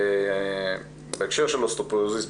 בהקשר של אוסטאופורוזיס,